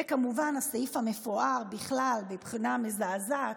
וכמובן הסעיף המפואר, בכלל, מבחינה מזעזעת,